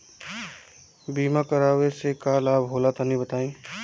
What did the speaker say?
बीमा करावे से का लाभ होला तनि बताई?